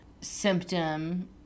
symptom